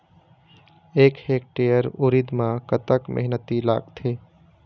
एक हेक्टेयर उरीद म कतक मेहनती लागथे?